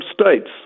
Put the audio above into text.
states